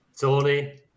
Tony